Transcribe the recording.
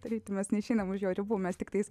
tarytum mes neišeinam už jo ribų mes tiktais